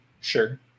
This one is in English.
Sure